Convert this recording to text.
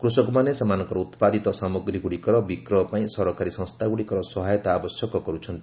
କୃଷକମାନେ ସେମାନଙ୍କର ଉତ୍ପାଦିତ ସାମଗ୍ରୀଗୁଡ଼ିକର ବିକ୍ରୟ ପାଇଁ ସରକାରୀ ସଂସ୍ଥାଗୁଡ଼ିକର ସହାୟତା ଆବଶ୍ୟକ କରୁଛନ୍ତି